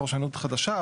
פרשנות חדשה.